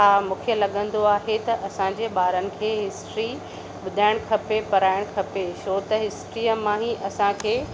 हा मूंखे लॻंदो आहे त असां जे ॿारनि खे हिस्ट्री ॿुधाइण खपे पढ़ाइणु खपे छो त हिस्ट्रीय मां ही असां खे